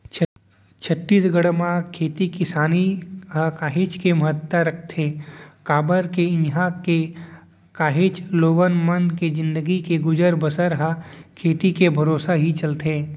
छत्तीसगढ़ म खेती किसानी ह काहेच के महत्ता रखथे काबर के इहां के काहेच लोगन मन के जिनगी के गुजर बसर ह खेती के भरोसा ही चलथे